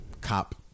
cop